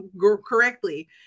correctly